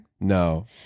No